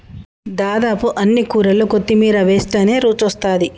దాదాపు అన్ని కూరల్లో కొత్తిమీర వేస్టనే రుచొస్తాది